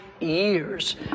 years